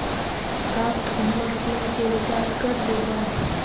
का तू हमर सिम के रिचार्ज कर देबा